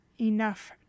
enough